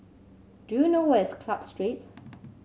do you know where is Club Street